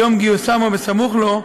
ביום גיוסם או בסמוך לו,